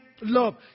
love